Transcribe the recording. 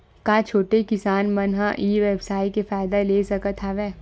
का छोटे किसान मन ई व्यवसाय के फ़ायदा ले सकत हवय?